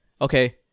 Okay